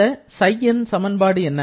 இந்த ψன் சமன்பாடு என்ன